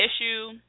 issue